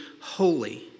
holy